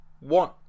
One